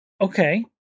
Okay